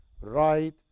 right